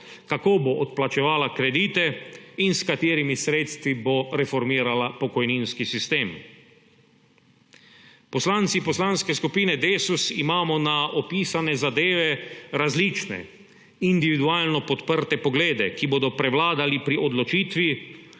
kako bo odplačevala kredite in s katerimi sredstvi bo reformirala pokojninski sistem. Poslanci Poslanske skupine Desus imamo na opisane zadeve različne, individualno podprte poglede, ki bodo prevladali pri odločitvi,